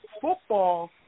football